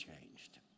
changed